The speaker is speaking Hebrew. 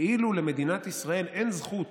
כאילו למדינת ישראל אין זכות